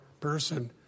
person